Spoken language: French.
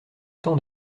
temps